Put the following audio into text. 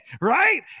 right